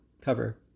cover